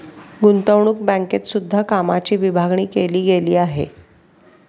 गुतंवणूक बँकेत सुद्धा कामाची विभागणी केली गेली आहे